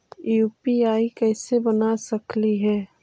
UPI कैसे बना सकली हे?